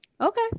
okay